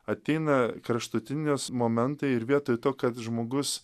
ateina kraštutinės momentai ir vietoj to kad žmogus